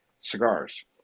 cigars –